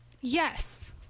Yes